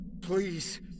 Please